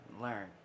learn